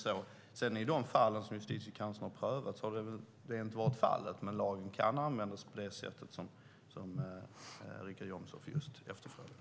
I de fall som Justitiekanslern har prövat har det väl inte varit fallet, men lagen kan användas på det sättet som Richard Jomshof efterfrågar.